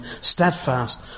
steadfast